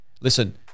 Listen